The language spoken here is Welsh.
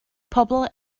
pobl